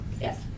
Yes